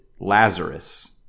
Lazarus